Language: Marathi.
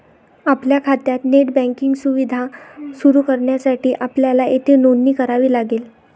आपल्या खात्यात नेट बँकिंग सुविधा सुरू करण्यासाठी आपल्याला येथे नोंदणी करावी लागेल